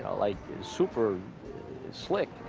ah like super slick,